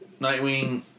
Nightwing